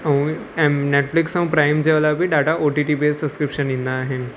ऐं ऐम नैटफ्लिक्स ऐं प्राइम जे अलावा बि ॾाढा O T T based subscription ईंदा आहिनि